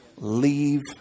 Leave